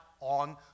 on